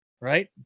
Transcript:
right